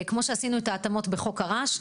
כמו שעשינו את ההתאמות בחוק הרעש,